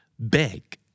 Big